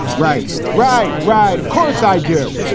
right. right, right. of course i do.